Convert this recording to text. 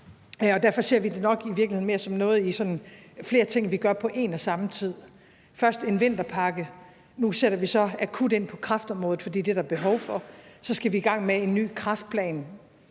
derfor ser vi det nok i virkeligheden mere som noget, hvor der er flere ting, vi gør på en og samme tid. Først kom der en vinterpakke. Nu sætter vi så akut ind på kræftområdet, for det er der behov for. Så skal vi i gang med en ny kræftplan.